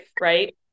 Right